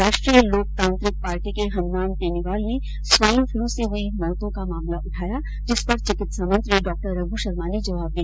राष्ट्रीय लोकतांत्रिक पार्टी के हनुमान बेनीवाल ने स्वाईन पलू से हुई मौतों का मामला उठाया जिस पर चिकित्सा मंत्री डॉ रघ्र शर्मा ने जवाब दिया